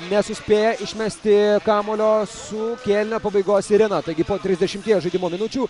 nesuspėja išmesti kamuolio su kėlinio pabaigos sirena taigi po trisdešimties žaidimo minučių